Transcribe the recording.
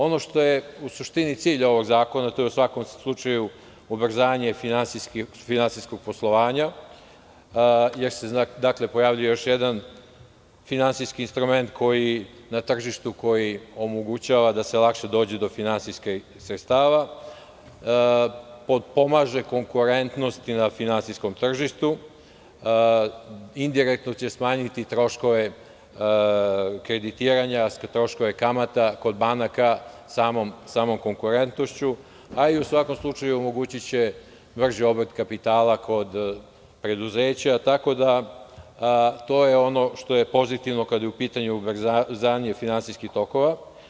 Ono što je u suštini cilj ovog zakona je u svakom slučaju ubrzanje finansijskog poslovanja, jer se pojavljuje još jedan finansijski instrument koji na tržištu omogućava da se lakše dođe do finansijskih sredstava, potpomaže konkurentnosti na finansijskom tržištu, indirektno će smanjiti troškove kreditiranja, troškove kamata kod banaka samom konkurentnošću, a i u svakom slučaju omogućiće brži obrt kapitala kod preduzeća, tako da to je ono što je pozitivno, kadaje u pitanju ubrzanje finansijskih tokova.